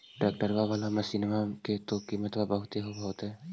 ट्रैक्टरबा बाला मसिन्मा के तो किमत्बा बहुते होब होतै?